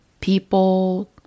people